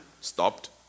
stopped